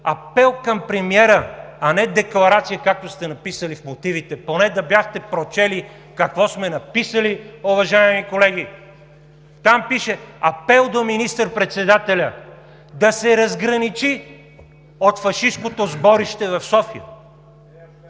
апел към премиера, а не декларация, както сте написали в мотивите! Поне да бяхте прочели какво сме написали, уважаеми колеги! Там пише: „апел до министър-председателя“ – да се разграничи от фашисткото сборище в София.